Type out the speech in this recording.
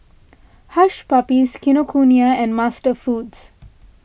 Hush Puppies Kinokuniya and MasterFoods